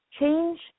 Change